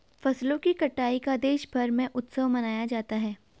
फसलों की कटाई का देशभर में उत्सव मनाया जाता है